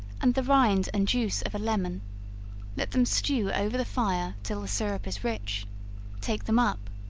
and the rind and juice of a lemon let them stew over the fire till the syrup is rich take them up,